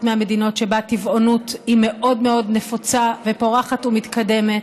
המדינות שבה טבעונות היא מאוד מאוד נפוצה ופורחת ומתקדמת,